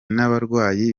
n’abarwayi